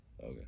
okay